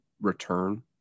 return